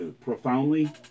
profoundly